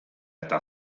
eta